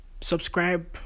subscribe